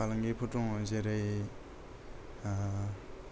फालांगिफोर दङ जेरै